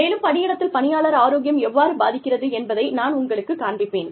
மேலும் பணியிடத்தில் பணியாளர் ஆரோக்கியம் எவ்வாறு பாதிக்கிறது என்பதை நான் உங்களுக்குக் காண்பிப்பேன்